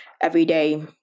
everyday